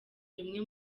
rumwe